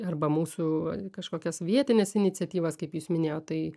arba mūsų kažkokias vietines iniciatyvas kaip jūs minėjot tai